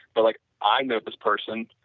but like i know this person,